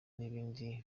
n’ibindi